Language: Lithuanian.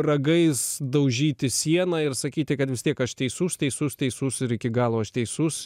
ragais daužyti sieną ir sakyti kad vis tiek aš teisus teisus teisus ir iki galo aš teisus